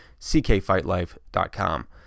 CKFightLife.com